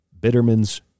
Bitterman's